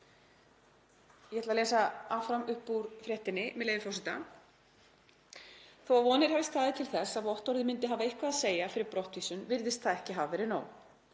Ég ætla að lesa áfram upp úr fréttinni, með leyfi forseta: Þó að vonir hafi staðið til þess vottorðið myndi hafa eitthvað að segja fyrir brottvísun virðist það ekki hafa verið nóg.